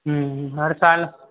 हर साल